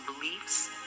beliefs